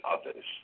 others